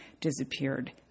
disappeared